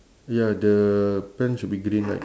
ya the pants should be green right